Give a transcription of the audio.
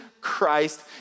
Christ